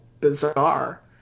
bizarre